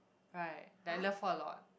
right like I love her a lot